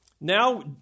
Now